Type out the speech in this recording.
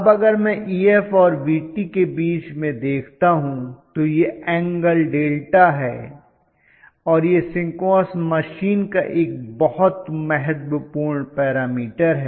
अब अगर मैं Ef और Vt के बीच में देखता हूं तो यह एंगल δ है और यह सिंक्रोनस मशीन का एक बहुत महत्वपूर्ण पैरामीटर है